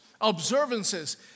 observances